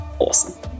awesome